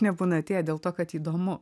nebūna atėję dėl to kad įdomu